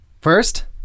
First